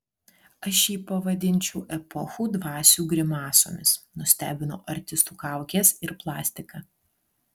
aš jį pavadinčiau epochų dvasių grimasomis nustebino artistų kaukės ir plastika